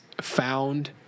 found